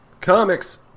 Comics